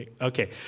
Okay